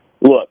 Look